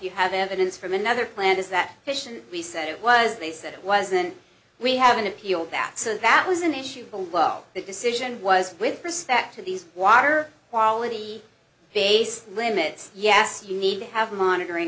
you have evidence from another plant is that question we said it was they said it wasn't we have an appeal that so that was an issue below the decision was with respect to these water quality based limits yes you need to have monitoring